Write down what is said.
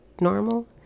normal